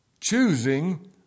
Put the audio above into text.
choosing